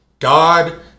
God